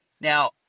Now